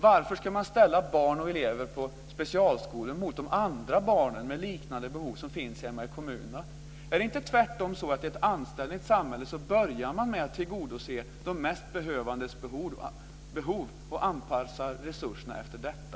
Varför ska man ställa barn och elever i specialskolor mot de andra barnen med liknande behov som finns hemma i kommunerna? Är det inte tvärtom så att i ett anständigt samhälle börjar man med att tillgodose de mest behövandes behov och anpassar resurserna efter detta?